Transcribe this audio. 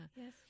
yes